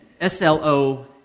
S-L-O